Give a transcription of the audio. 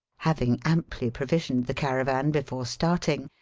having amply provisioned the caravan before starting,